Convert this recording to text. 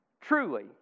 Truly